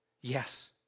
Yes